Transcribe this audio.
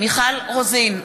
מיכל רוזין,